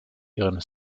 ihren